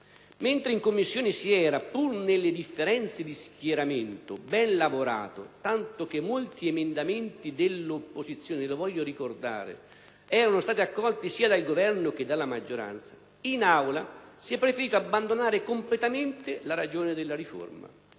Mentre in Commissione si era, pur nelle differenze di schieramento, ben lavorato, tanto che molti emendamenti dell'opposizione, lo voglio ricordare, erano stati accolti sia dal Governo che dalla maggioranza, in Aula si è preferito abbandonare completamente la ragione della riforma,